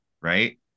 right